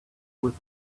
with